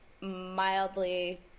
mildly